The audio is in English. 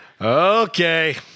Okay